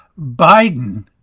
Biden